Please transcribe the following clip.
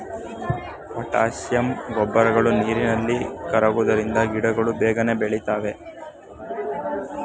potassium ಗೊಬ್ಬರಗಳು ನೀರಿನಲ್ಲಿ ಕರಗುವುದರಿಂದ ಗಿಡಗಳು ಬೇಗನೆ ಬೆಳಿತವೆ